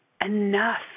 enough